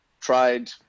tried